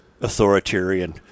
authoritarian